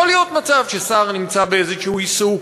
יכול להיות מצב ששר נמצא באיזשהו עיסוק,